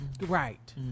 Right